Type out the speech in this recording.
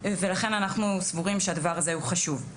לכן אנחנו סבורים שהדבר הזה הוא חשוב.